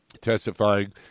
testifying